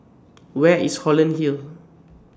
Where IS Holland Hill